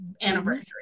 anniversary